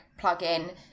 plugin